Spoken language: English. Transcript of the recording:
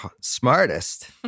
smartest